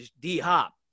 D-Hop